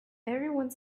everyone